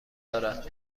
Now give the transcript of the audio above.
دارد